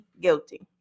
guilty